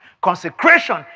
Consecration